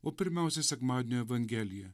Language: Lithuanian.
o pirmiausia sekmadienio evangelija